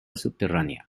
subterránea